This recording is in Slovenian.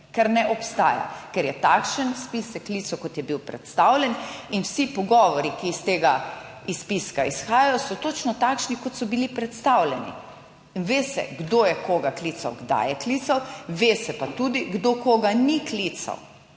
ker ne obstaja, ker je takšen spis klicev, kot je bil predstavljen in vsi pogovori, ki iz tega izpiska izhajajo, so točno takšni, kot so bili predstavljeni. Ve se, kdo je koga klical, kdaj je klical, ve se pa tudi, kdo koga ni klical,